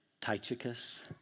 Tychicus